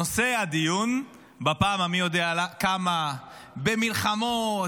נושא הדיון, בפעם המי-יודע-כמה, במלחמות,